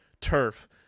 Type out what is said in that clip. turf